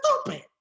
stupid